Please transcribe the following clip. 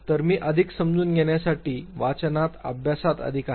तर मी अधिक समजून घेण्यासाठी वाचनात अभ्यासात अधिक आहे